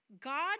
God